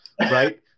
right